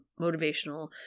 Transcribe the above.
motivational